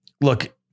look